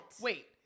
Wait